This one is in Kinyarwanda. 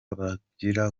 bwagira